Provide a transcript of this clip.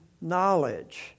knowledge